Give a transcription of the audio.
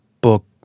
book